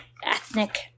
ethnic